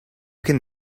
can